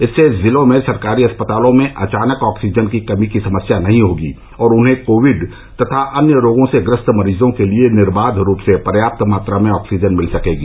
इससे जिलों के सरकारी अस्पतालों में अचानक ऑक्सीजन की कमी की समस्या नहीं होगी और उन्हें कोविड तथा अन्य रोगों से ग्रस्त मरीजों के लिए निर्बाध रूप से पर्याप्त मात्रा में ऑक्सीजन मिल सकेगी